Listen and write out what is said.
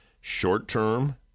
short-term